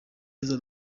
heza